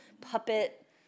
puppet